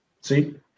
See